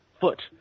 foot